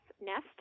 nest